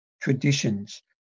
traditions